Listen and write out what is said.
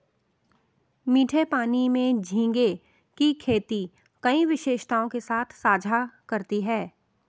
मीठे पानी में झींगे की खेती कई विशेषताओं के साथ साझा करती है